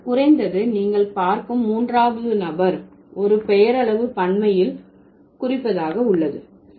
ஆனால் குறைந்தது நீங்கள் பார்க்கும் மூன்றாவது நபர் ஒரு பெயரளவு பன்மையில் குறிப்பதாக உள்ளது